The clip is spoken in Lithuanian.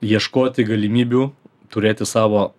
ieškoti galimybių turėti savo